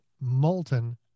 molten